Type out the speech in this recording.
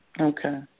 Okay